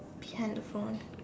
behind the phone